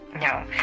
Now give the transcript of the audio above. No